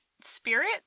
spirit